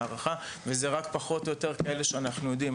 וזה רק פחות או יותר כאלה שאנחנו יודעים.